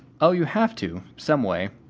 oh, you have to some way,